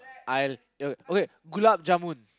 I okay okay gulab-jamun